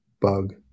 bug